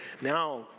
now